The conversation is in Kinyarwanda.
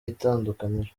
itandukaniro